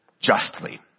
justly